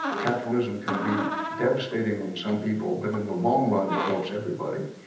capitalism can be devastating on some people, but in the long run, it helps everybody,